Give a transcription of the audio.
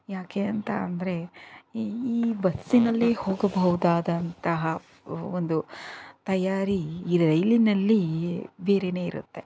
ಯಾಕೆ ಅಂತ ಅಂದರೆ ಈ ಈ ಬಸ್ಸಿನಲ್ಲಿ ಹೋಗಬಹುದಾದಂತಹ ಒಂದು ತಯಾರಿ ಈ ರೈಲಿನಲ್ಲಿ ಬೇರೆನೇ ಇರುತ್ತೆ